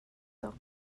tuk